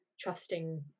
trusting